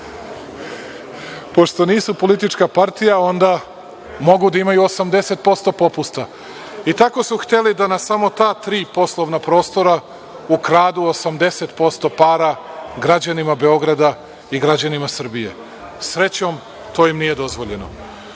pošto nisu politička partija, onda mogu da imaju 80% popusta i tako su hteli da na samo ta tri poslovna prostora ukradu 80% para građanima Beograda i građanima Srbije. Srećom, to im nije dozvoljeno. Da